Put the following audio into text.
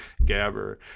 Gabber